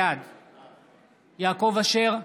בעד יעקב אשר,